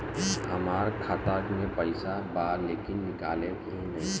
हमार खाता मे पईसा बा लेकिन निकालते ही नईखे?